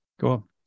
Cool